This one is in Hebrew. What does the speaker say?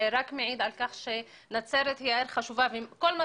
זה מעיד על כך שנצרת היא עיר חשובה וכל מה